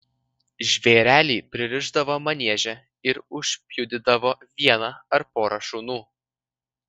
žvėrelį pririšdavo manieže ir užpjudydavo vieną ar porą šunų